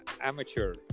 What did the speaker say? amateur